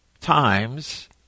times